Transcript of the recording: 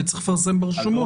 כי צריך לפרסם ברשומות.